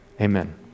Amen